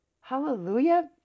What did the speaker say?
Hallelujah